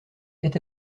est